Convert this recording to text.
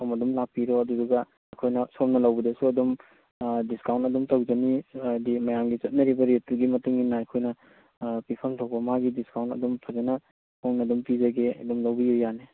ꯁꯣꯝ ꯑꯗꯨꯝ ꯂꯥꯛꯄꯤꯔꯣ ꯑꯗꯨꯗꯨꯒ ꯑꯩꯈꯣꯏꯅ ꯁꯣꯝꯅ ꯂꯧꯕꯗꯁꯨ ꯑꯗꯨꯝ ꯗꯤꯁꯀꯥꯎꯟ ꯑꯗꯨꯝ ꯇꯧꯒꯅꯤ ꯍꯥꯏꯗꯤ ꯃꯌꯥꯝꯒꯤ ꯆꯠꯅꯔꯤꯕ ꯔꯦꯠꯇꯨꯒꯤ ꯃꯇꯨꯡ ꯏꯟꯅ ꯑꯩꯈꯣꯏꯅ ꯄꯤꯐꯝ ꯊꯣꯛꯄ ꯃꯥꯒꯤ ꯗꯤꯁꯀꯥꯎꯟ ꯑꯗꯨꯝ ꯐꯖꯅ ꯍꯣꯡꯅ ꯑꯗꯨꯝ ꯄꯤꯖꯒꯦ ꯑꯗꯨꯝ ꯂꯧꯕꯤꯌꯨ ꯌꯥꯅꯤ